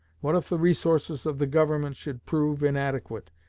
what if the resources of the government should prove inadequate,